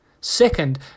Second